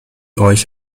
euch